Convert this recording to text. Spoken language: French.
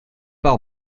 par